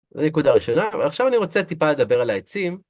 זה נקודה ראשונה, ועכשיו אני רוצה טיפה לדבר על העצים.